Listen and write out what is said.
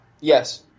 Yes